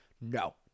no